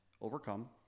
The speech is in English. overcome